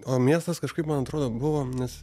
o miestas kažkaip man atrodo buvom nes